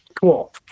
Cool